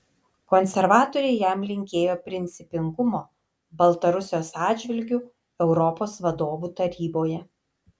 konservatoriai jam linkėjo principingumo baltarusijos atžvilgiu europos vadovų taryboje